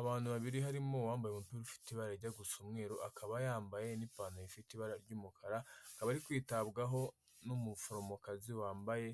Abantu babiri harimo uwambaye ubururufite ibara ajya gusa umweru akaba yambaye n'ipantaro ifite ibara ry'umukara, akaba ari kwitabwaho n'umuforomokazi wambaye